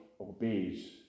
obeys